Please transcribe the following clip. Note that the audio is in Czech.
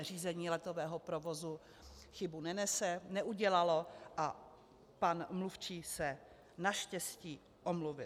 Řízení letového provozu chybu neudělalo, a pan mluvčí se naštěstí omluvil.